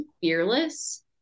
fearless